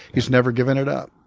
he's never given it up.